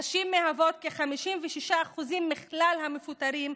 נשים הן כ-56% מכלל המפוטרים,